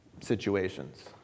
situations